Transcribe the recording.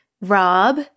Rob